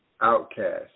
outcast